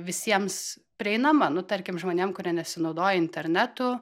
visiems prieinama nu tarkim žmonėm kurie nesinaudoja internetu